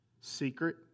Secret